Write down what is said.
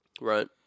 Right